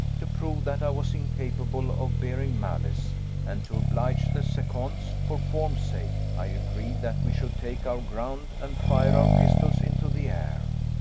to prove that i was incapable of bearing malice and to oblige the seconds, for form's sake, i agreed that we should take our ground, and fire our pistols into the air.